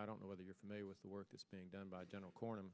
i don't know whether you're familiar with the work that's being done by general cornum